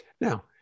Now